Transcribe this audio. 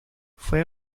fue